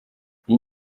iyi